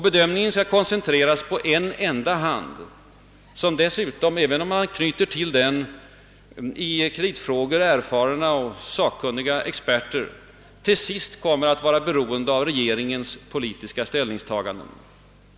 Bedömningen skall också koncentreras på en enda instans, som dessutom — även om man till den knyter i kreditfrågor erfarna och sakkunniga experter — till sist kommer att vara beroende av regeringens politiska ställningstaganden.